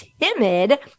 timid